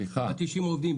90 העובדים.